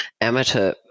amateur